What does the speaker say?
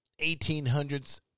1800s